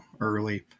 early